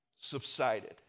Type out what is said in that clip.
subsided